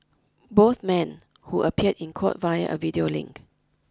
both men who appeared in court via a video link